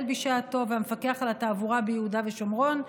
בשעתו והמפקח על התעבורה ביהודה ושומרון.